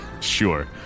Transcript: Sure